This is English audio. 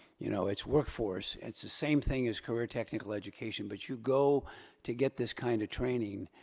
you know it's workforce it's the same thing as career technical education, but you go to get this kind of training.